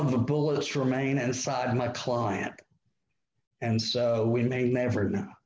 of the bullets remain inside my client and so we may never know